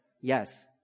yes